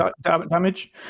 damage